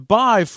buy